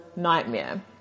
nightmare